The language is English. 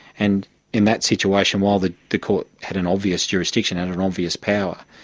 and in that situation, while the the court had an obvious jurisdiction and an obvious power,